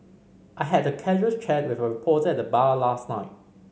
I had a casual chat with a reporter at the bar last night